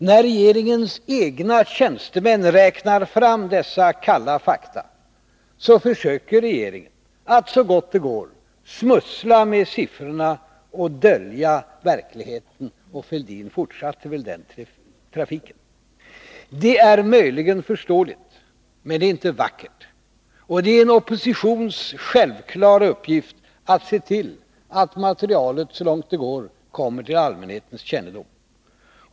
När regeringens egna tjänstemän räknar fram dessa kalla fakta försöker regeringen att så gott det går smussla med siffrorna och dölja verkligheten. Och Thorbjörn Fälldin fortsatte väl den trafiken. Detta är möjligen förståeligt, men det är inte vackert. Och det är en oppositions självklara uppgift att se till att materialet så långt det går kommer till allmänhetens kännedom.